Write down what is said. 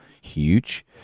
huge